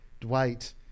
Dwight